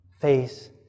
face